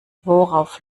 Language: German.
worauf